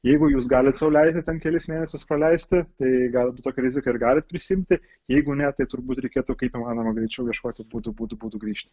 jeigu jūs galit sau leisti ten kelis mėnesius praleisti tai galbūt tokią riziką ir galit prisiimti jeigu ne tai turbūt reikėtų kaip įmanoma greičiau ieškoti būdų būdų būdų grįžti